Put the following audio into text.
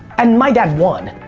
and my dad won,